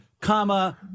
comma